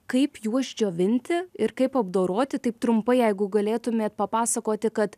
kaip juos džiovinti ir kaip apdoroti taip trumpai jeigu galėtumėt papasakoti kad